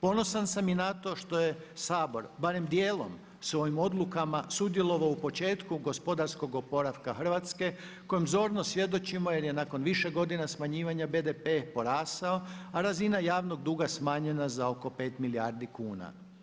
Ponosan sam i na to što je Sabor barem dijelom svojim odlukama sudjelovao u početku gospodarskog oporavka Hrvatske kojim zorno svjedočimo jer je nakon više godina smanjivanja BDP porastao, a razina javnog duga smanjena za oko 5 milijardi kuna.